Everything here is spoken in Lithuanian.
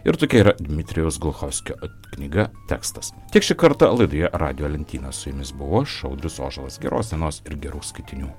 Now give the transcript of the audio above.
ir tokia yra dmitrijaus gluchovskio knyga tekstas tiek šį kartą laidoje radijo lentyna su jumis buvau aš audrius ožalas geros senos ir gerų skaitinių